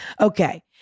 Okay